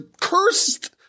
cursed